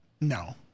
No